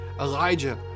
Elijah